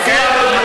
אסור לעמוד ולדבר.